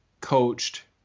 coached